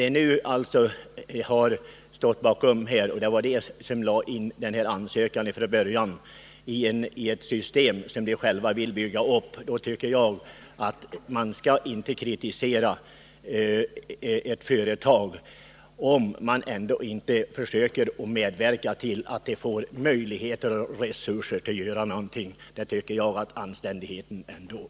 Det var emellertid Vänerskog som från början stod bakom ansökan att få bygga ut det här projektet. Jag tycker inte att man skall kritisera ett företag när man inte vill medverka till att ge det möjligheter och resurser att göra någonting. Det tycker jag att anständigheten bjuder.